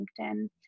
LinkedIn